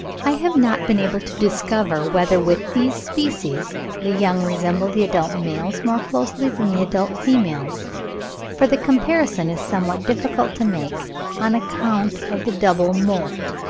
i have not been able to discover whether with these species the young resemble the adult males more closely than the adult females for the comparison is somewhat difficult to make on account of the double moult.